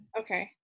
Okay